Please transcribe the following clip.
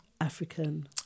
African